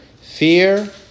Fear